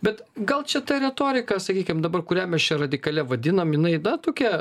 bet gal čia ta retorika sakykim dabar kurią mes čia radikalia vadinam jinai na tokia